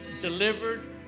delivered